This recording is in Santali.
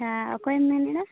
ᱦᱮᱸ ᱚᱠᱚᱭᱮᱢ ᱢᱮᱱᱮᱫᱼᱟ